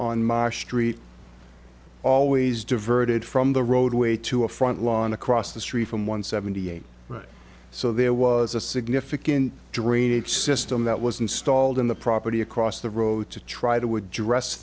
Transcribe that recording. on my street always diverted from the roadway to a front lawn across the street from one seventy eight so there was a significant drainage system that was installed in the property across the road to try to address